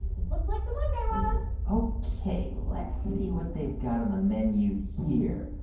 this looks like the one, guy raz ok. let's see what they've got on the menu here.